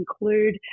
include